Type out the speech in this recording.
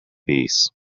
this